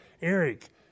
Eric